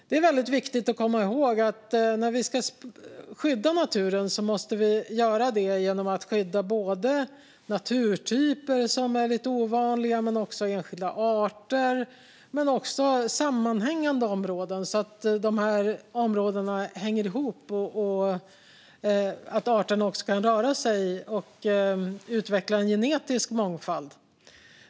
Det är väldigt viktigt att komma ihåg att vi när vi ska skydda naturen måste skydda dels naturtyper som är lite ovanliga och enskilda arter, dels sammanhängande områden så att områdena hänger ihop och arterna kan röra sig och utveckla en genetisk mångfald.